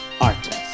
artists